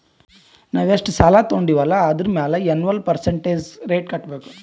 ನಾವ್ ಎಷ್ಟ ಸಾಲಾ ತೊಂಡಿವ್ ಅಲ್ಲಾ ಅದುರ್ ಮ್ಯಾಲ ಎನ್ವಲ್ ಪರ್ಸಂಟೇಜ್ ರೇಟ್ ಕಟ್ಟಬೇಕ್